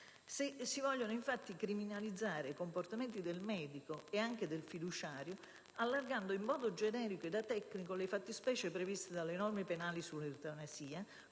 Si vogliono infatti criminalizzare comportamenti del medico, e anche del fiduciario, allargando in modo generico ed atecnico le fattispecie previste delle norme penali sull'eutanasia,